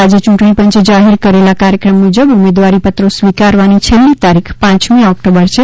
રાજય યુંટણી પંચે જાહેર કરેલા કાર્યક્રમ મુજબ ઉમેદવારીપત્રો સ્વીકારવાની છેલ્લી તારીખ પાંચમી ઓકટોબર છે